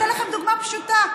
אתן לכם דוגמה פשוטה: